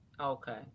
Okay